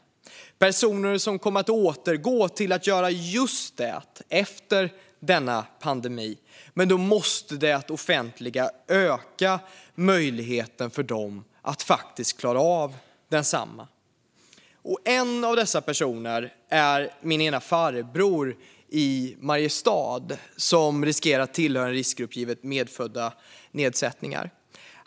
Det är personer som kommer att återgå till att göra just detta efter pandemin, men då måste det offentliga öka möjligheten för dem att faktiskt klara av densamma. En av dem är min ena farbror i Mariestad, som riskerar att tillhöra en riskgrupp givet medfödda nedsättningar.